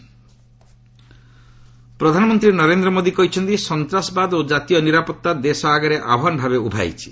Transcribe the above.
PM rally Darbhanga ପ୍ରଧାନମନ୍ତ୍ରୀ ନରେନ୍ଦ୍ର ମୋଦି କହିଛନ୍ତି ସନ୍ତାସବାଦ ଓ ଜାତୀୟ ନିରାପତ୍ତା ଦେଶ ଆଗରେ ଆହ୍ବାନ ଭାବେ ଉଭା ହୋଇଛି